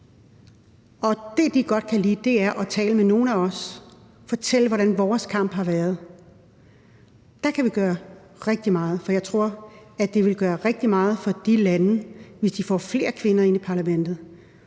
det, de godt kan lide, er at tale med nogle af os, og at vi fortæller, hvordan vores kamp har været. Der kan vi gøre rigtig meget. Jeg tror, at det vil gøre rigtig meget for de lande, hvis de får flere kvinder ind i parlamentet.